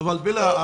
אבל בלה,